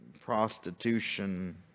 prostitution